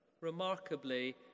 Remarkably